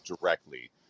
directly